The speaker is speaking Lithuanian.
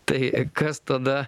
tai kas tada